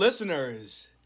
Listeners